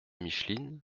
micheline